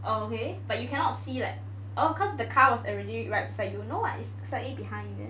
oh okay but you cannot see like oh cause the car was already right beside you no what is slightly behind is it